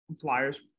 flyers